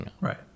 right